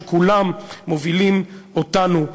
שכולם מובילים אותנו,